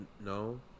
No